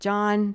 John